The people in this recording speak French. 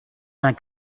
vingt